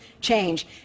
change